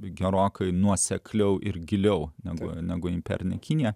gerokai nuosekliau ir giliau negu negu imperinė kinija